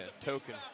token